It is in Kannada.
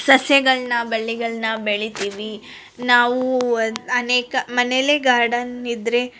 ಸಸ್ಯಗಳನ್ನ ಬಳ್ಳಿಗಳ್ನ ಬೆಳೀತೀವಿ ನಾವು ಅನೇಕ ಮನೇಲೆ ಗಾರ್ಡನ್ ಇದ್ದರೆ